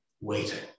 waiting